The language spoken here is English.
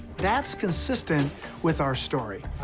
that's consistent with our story.